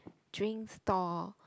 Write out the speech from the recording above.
drink stall